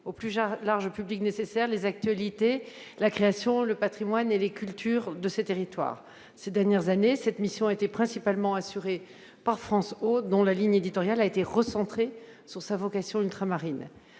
au plus large public les actualités, la création, le patrimoine et les cultures de ces territoires. Ces dernières années, cette mission était principalement assurée par France Ô, dont la ligne éditoriale a été recentrée sur sa vocation ultramarine.